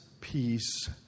peace